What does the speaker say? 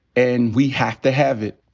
and we have to have it.